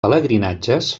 pelegrinatges